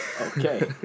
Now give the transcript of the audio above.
Okay